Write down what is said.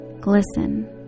glisten